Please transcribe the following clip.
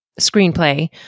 screenplay